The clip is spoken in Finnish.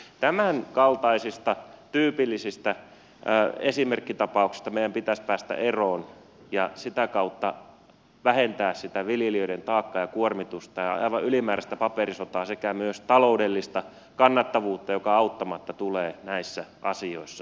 tämänkaltaisista tyypillisistä esimerkkita pauksista meidän pitäisi päästä eroon ja sitä kautta vähentää sitä viljelijöiden taakkaa ja kuormitusta ja aivan ylimääräistä paperisotaa sekä myös taloudellista kannattamattomuutta joka auttamatta tulee näissä asioissa esiin